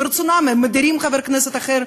ברצותם הם מדירים חבר כנסת אחר,